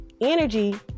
energy